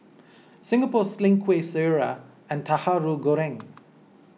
Singapore Sling Kueh Syara and Tahu Goreng